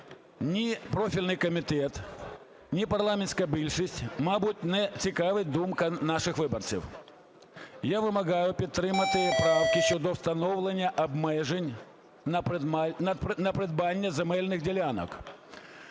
Ні профільний комітет, ні парламентську більшість, мабуть, не цікавить думка наших виборців. Я вимагаю підтримати правки щодо встановлення обмежень на придбання земельних ділянок,